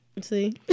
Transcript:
See